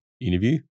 interview